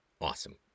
Awesome